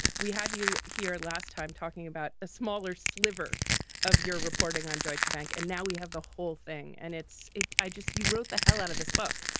we had you here last time talking about a smaller sliver of your reporting on deutschebank. and now we have the whole thing and it's it. i just. you wrote the hell out of this book.